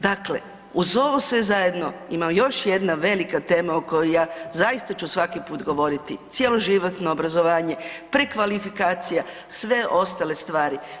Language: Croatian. Dakle, uz ovo sve zajedno ima još jedna velika tema o kojoj ja zaista ću svaki puta govoriti, cjeloživotno obrazovanje, prekvalifikacija, sve ostale stvari.